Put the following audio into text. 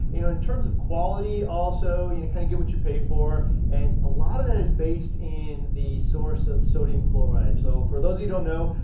you know in terms of quality also you kind of get what you pay for and a lot of that is based in the source of sodium chloride. so, for those who don't know,